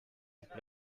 apply